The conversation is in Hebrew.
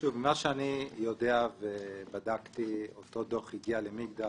שוב, ממה שאני יודע ובדקתי, אותו דוח הגיע למגדל.